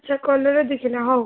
ଆଚ୍ଛା କଲରା ଦୁଇ କିଲୋ ହଉ